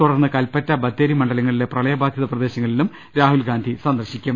തുടർന്ന് കൽപ്പറ്റ ബത്തേരി മണ്ഡലങ്ങളിലെ പ്രളയബാധിത പ്രദേശങ്ങളിലും രാഹുൽ ഗാന്ധി സന്ദർശിക്കും